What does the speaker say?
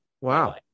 Wow